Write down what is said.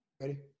Ready